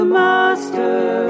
master